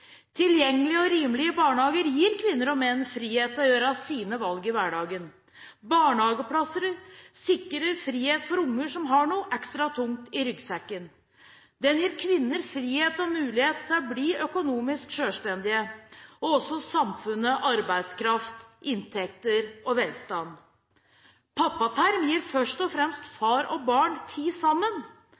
Tilgjengelige og rimelige barnehager gir kvinner og menn frihet til å gjøre sine valg i hverdagen. Barnehageplasser sikrer frihet for unger som har noe ekstra tungt i ryggsekken. De gir kvinner frihet og mulighet til å bli økonomisk selvstendige, og også samfunnet arbeidskraft, inntekter og velstand. Pappaperm gir først og fremst far og barn tid sammen.